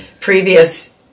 Previous